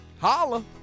Holla